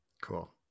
cool